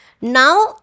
Now